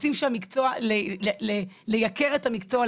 רוצים לייקר את המקצוע,